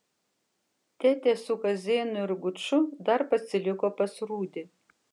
tetė su kazėnu ir guču dar pasiliko pas rūdį